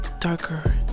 darker